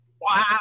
Wow